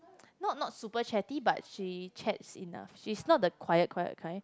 not not super chatty but she chats enough she's not the quiet quiet kind